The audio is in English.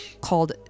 called